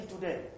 today